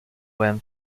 when